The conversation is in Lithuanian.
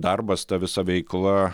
darbas ta visa veikla